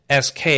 SK